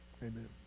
Amen